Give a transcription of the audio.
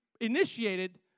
initiated